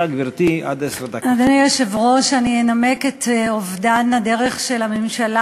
לחזק את עבודת המשטרה